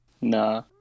nah